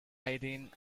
irene